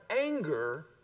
anger